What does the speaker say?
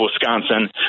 Wisconsin